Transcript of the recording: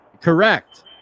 Correct